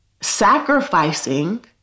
sacrificing